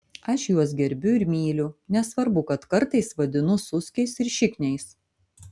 aš juos gerbiu ir myliu nesvarbu kad kartais vadinu suskiais ir šikniais